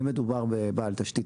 אם מדובר בבעל תשתית,